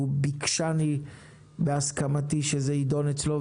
והוא ביקשני בהסכמתי שזה ידון אצלו,